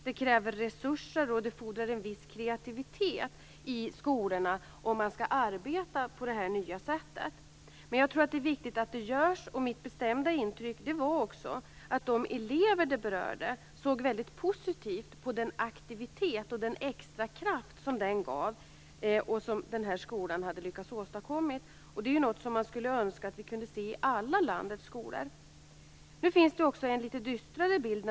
Det kräver resurser och det fordrar en viss kreativitet i skolorna om man skall arbeta på det nya sättet. Men jag tror att det är viktigt att det görs. Mitt bestämda intryck var också att de elever det berörde såg mycket positivt på den aktivitet och den extra kraft som den här skolan hade lyckats åstadkomma. Det är något som man skulle önska att vi kunde se i alla landets skolor. Nu finns det naturligtvis också en litet dystrare bild.